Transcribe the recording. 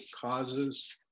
causes